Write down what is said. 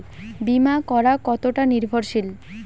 বীমা করা কতোটা নির্ভরশীল?